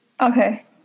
Okay